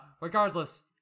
regardless